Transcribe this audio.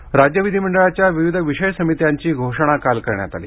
समित्या राज्य विधिममंडळाच्या विविध विषय समित्यांची घोषणा काल करण्यात आली